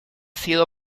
sido